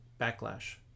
Backlash